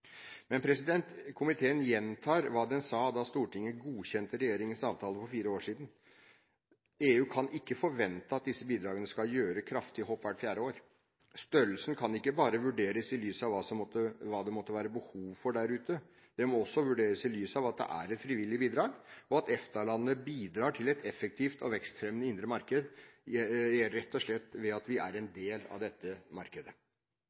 Men komiteen gjentar hva den sa da Stortinget godkjente regjeringens avtale for fire år siden: EU kan ikke forvente at disse bidragene skal gjøre kraftige hopp hvert fjerde år. Størrelsen kan ikke bare vurderes i lys av hva det måtte være behov for der ute. Det må også vurderes i lys av at det er et frivillig bidrag, og at EFTA-landene bidrar til et effektivt og vekstfremmende indre marked rett og slett ved at vi er en del av dette markedet.